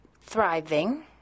thriving